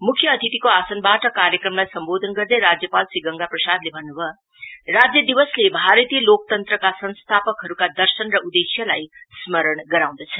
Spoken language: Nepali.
म्ख्य अतिथिको आसानवाट कार्यक्रमलाई सम्बोधन गर्दै राज्यपाल श्री गंगा प्रसादले भन्न्भयो राज्य दिवसले भारतीय लोकतन्त्रका संस्थापकहरुको दर्शन र उदेश्यलाई स्मरण गराउँदछ